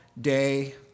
day